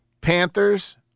Panthers